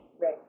Right